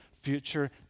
future